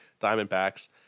Diamondbacks